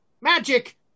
magic